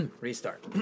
Restart